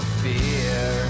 fear